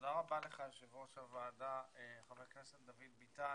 תודה רבה לך יושב ראש הוועדה חבר הכנסת דוד ביטן.